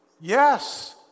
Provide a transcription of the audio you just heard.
yes